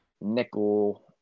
Nickel